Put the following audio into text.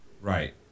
right